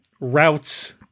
routes